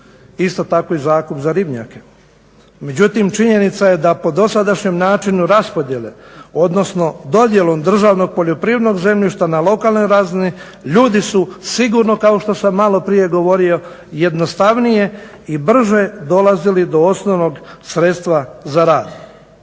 isto tako i zakup za ribnjake. Međutim činjenica je da po dosadašnjem načinu raspodjele odnosno dodjelom državnog poljoprivrednog zemljišta na lokalnoj razini ljudi su sigurno kao što sam malo prije govorio jednostavnije i brže dolazili do osnovnog sredstva za rad